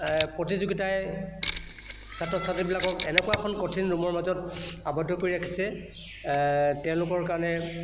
প্ৰতিযোগিতাই ছাত্ৰ ছাত্ৰীবিলাকক এনেকুৱা এখন কঠিন ৰুমৰ মাজত আবদ্ধ কৰি ৰাখিছে তেওঁলোকৰ কাৰণে